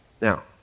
Now